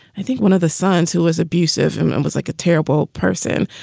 i think one of the sons who was abusive and and was like a terrible person.